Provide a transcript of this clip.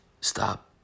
stop